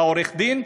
העורך-דין?